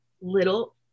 little